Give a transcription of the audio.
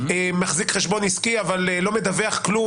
שמחזיק חשבון עסקי ולא מדווח כלום,